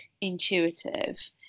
intuitive